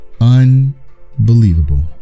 Unbelievable